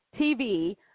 TV